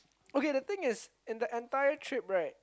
okay the thing is in the entire trip right